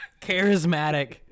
charismatic